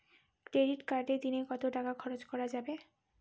Credit কার্ডে দিনে কত টাকা খরচ করা যাবে?